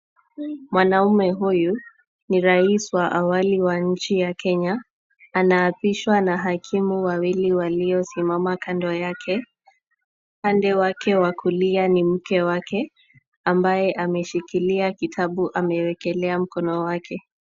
Mwanaume huyu ni rais wa awali wa nchi ya Kenya. Anaapishwa na hakimi wawili waliosimama kando yake. Upande wake wa kulia ni mke wake ambaye ameshikilia kitabu amewekelea mkono wake.